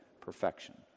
perfection